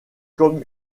comme